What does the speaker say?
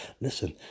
Listen